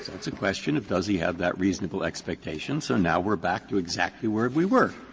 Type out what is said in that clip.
that's a question of does he have that reasonable expectation. so now we're back to exactly where we were.